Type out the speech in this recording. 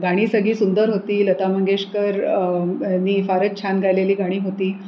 गाणी सगळी सुंदर होती लता मंगेशकर नी फारच छान गायलेली गाणी होती